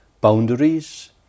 boundaries